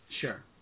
Sure